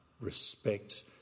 respect